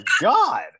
God